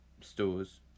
stores